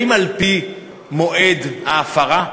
האם על-פי מועד ההפרה?